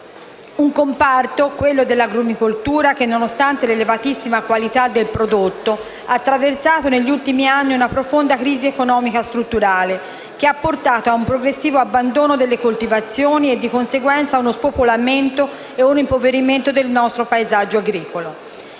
Il comparto dell'agrumicoltura, nonostante l'elevatissima qualità del prodotto, ha attraversato negli ultimi anni una profonda crisi economico-strutturale che ha portato a un progressivo abbandono delle coltivazioni e, di conseguenza, a uno spopolamento e un impoverimento del nostro paesaggio agricolo.